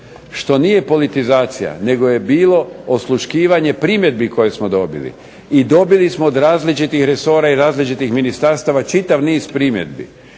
što nije politizacija, nego je bilo osluškivanje primjedbi koje smo dobili, i dobili smo od različitih resora i različitih ministarstava čitav niz primjedbi,